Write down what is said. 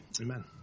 amen